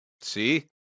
See